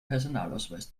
personalausweis